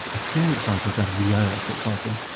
ah a clear example of that is yale for example,